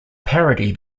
parody